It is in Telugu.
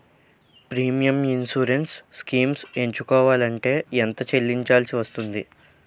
ప్రీమియం ఇన్సురెన్స్ స్కీమ్స్ ఎంచుకోవలంటే ఎంత చల్లించాల్సివస్తుంది??